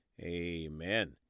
amen